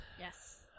Yes